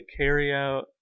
carryout